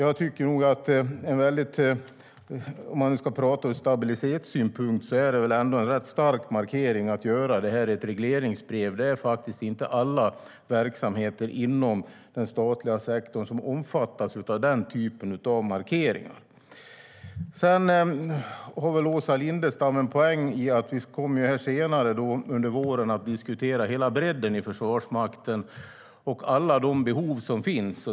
Om man ska tala om det ur stabilitetssynpunkt är det en ganska stark markering att göra det i ett regleringsbrev. Inte alla verksamheter inom den statliga sektorn omfattas av den typen av markeringar. Åsa Lindestam har väl en poäng i att vi senare under våren kommer att diskutera hela bredden i Försvarsmakten och alla behov som finns.